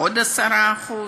עוד 10%?